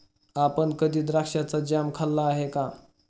आपण कधी द्राक्षाचा जॅम खाल्ला आहे का?